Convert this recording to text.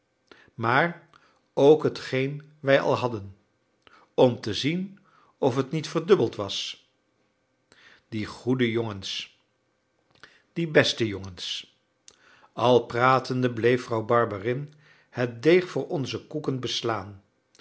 maar ook hetgeen wij al hadden om te zien of het niet verdubbeld was die goede jongens die beste jongens al pratende bleef vrouw barberin het deeg voor onze koeken beslaan